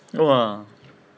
!wah!